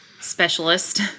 specialist